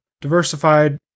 diversified